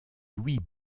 louis